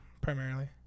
primarily